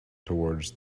towards